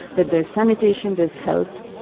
that there's sanitation, there's health,